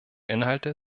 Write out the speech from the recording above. inhalte